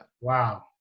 Wow